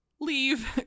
leave